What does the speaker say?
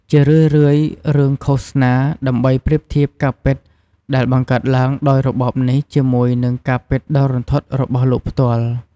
ជារឿយៗរឿងឃោសនា ដើម្បីប្រៀបធៀបការពិតដែលបង្កើតឡើងដោយរបបនេះជាមួយនឹងការពិតដ៏រន្ធត់របស់លោកផ្ទាល់។